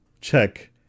check